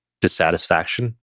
dissatisfaction